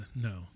No